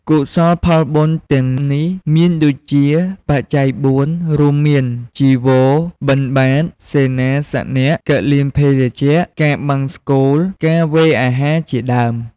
កុសលផលបុណ្យទាំងនេះ មានដូចជាបច្ច័យបួន រួមមាន ចីវរ បិណ្ឌបាត សេនាសនៈ គិលានភេសជ្ជៈ ការបង្សុកូល ការវេអាហារជាដើម។